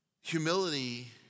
Humility